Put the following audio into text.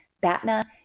BATNA